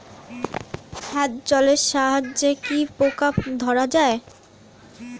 হাত জলের সাহায্যে কি পোকা ধরা যায়?